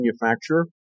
manufacturer